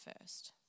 first